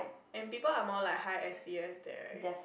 and people are more like high S_E_S there